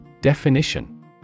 Definition